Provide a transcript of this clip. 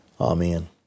Amen